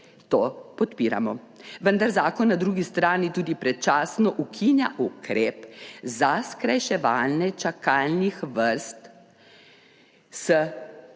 To podpiramo, vendar zakon na drugi strani tudi predčasno ukinja ukrep za skrajševanje čakalnih vrst, s